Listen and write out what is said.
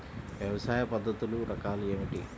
వ్యవసాయ పద్ధతులు రకాలు ఏమిటి?